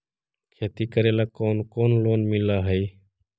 खेती करेला कौन कौन लोन मिल हइ?